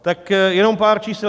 Tak jenom pár čísel.